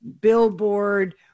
billboard